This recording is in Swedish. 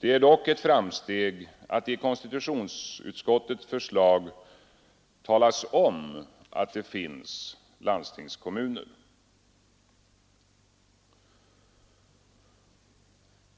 Det är dock ett framsteg att det i konstitutionsutskottets förslag talas om att det finns ”landstingskommuner”.